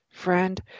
Friend